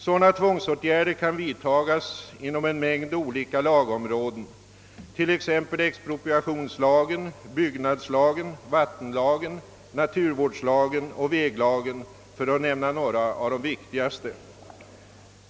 Sådana tvångsåtgärder kan vidtas inom en mängd olika lagområden, t.ex. expropriationslagen, byggnadslagen, vattenlagen, naturvårdslagen och väglagen för att nämna några av de viktigaste.